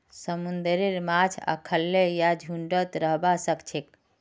समुंदरेर माछ अखल्लै या झुंडत रहबा सखछेक